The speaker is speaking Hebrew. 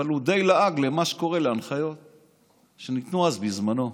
אבל הוא די לעג להנחיות שניתנו אז בזמנו.